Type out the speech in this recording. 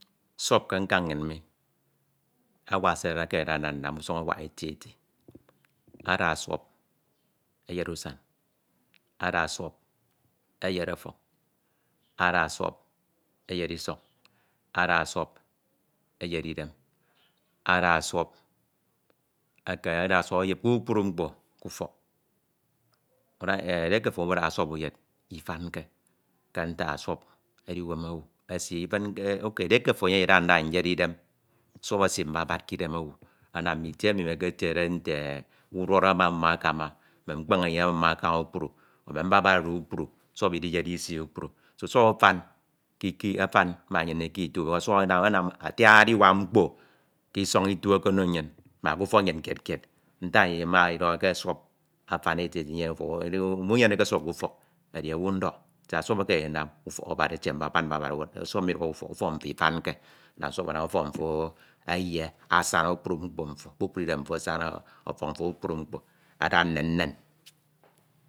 Suọp ke nkañnnyin awake se ekeme ndia nnam usuñ awak eti eti ada suọp eyed usan, ada eyed idem, ada suọp è ada suọp eyed kpukpru mkpo k'utok. ediedo ofo mudaha suọp uyed ifanke ke ntak ah suọp edi uwem owu esi ifin ke okay edieke ofo enyemde ndida nda enyene idem, esi mbabad k'dem owu amam ite emi eketide nte uduk amamum akama, mme mkpeñe amum akama kpukpru, mme mbaba oro kpukpru, suọp idiyedeisi kpukpru so suọp afan ke ki suọp afom ma nnyin mi ke itu, suọp amam anerm ati adiwak mkpo k'isọñ itu eke ono nnyin ma k'atọk nnyin kied kied Ntak nnyin made ndidọho ke suọp afan eti eti muñyeneke suọp k'ufọk edi owu ndọk siak suọp ekeme ndinam ufọk abari etie mbabad mbabad awud suọp midukhọ k'ufọk, ufọe mfo ifamke and suọp anam ufọk mfo eyine asema kpukpru mkpo mfo, kpukpru idem mfo asana, ọfọñ mfo kpukpue mkpo ade nnen nnen.